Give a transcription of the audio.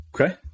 Okay